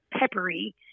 peppery